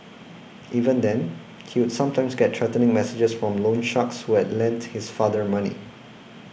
even then he would sometimes get threatening messages from loan sharks who had lent his father money